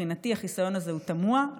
מבחינתי החיסיון הזה הוא תמוה,